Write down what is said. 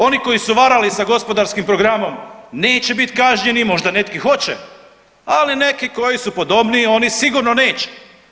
Oni koji su varali sa gospodarskim programom neće biti kažnjeni, možda neki hoće ali neki koji su podobniji oni sigurno neće.